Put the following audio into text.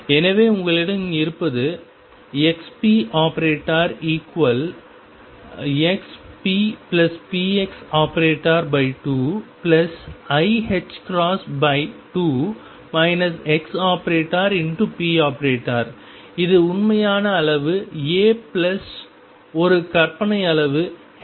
எனவே உங்களிடம் இருப்பது ⟨xp⟩⟨xppx⟩2iℏ2 ⟨x⟩⟨p⟩ இது உண்மையான அளவு a பிளஸ் ஒரு கற்பனை அளவு 2